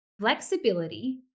flexibility